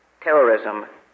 terrorism